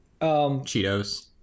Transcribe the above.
Cheetos